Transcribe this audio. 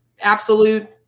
absolute